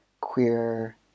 queer